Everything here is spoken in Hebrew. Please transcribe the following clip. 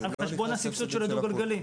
על חשבון הסבסוד של הדו גלגלי.